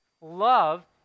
love